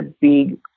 big